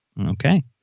okay